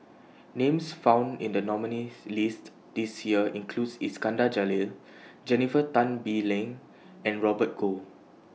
Names found in The nominees' list This Year includes Iskandar Jalil Jennifer Tan Bee Leng and Robert Goh